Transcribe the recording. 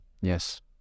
Yes